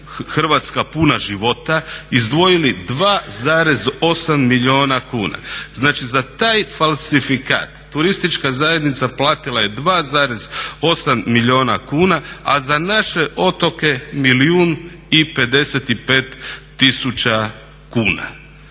"Hrvatska puna života" izdvojili 2,8 milijuna kuna. Znači za taj falsifikat turistička zajednica platila je 2,8 milijuna kuna a za naše otoke milijun